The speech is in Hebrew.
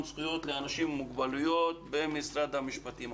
זכויות לאנשים עם מוגבלויות במשרד המשפטים.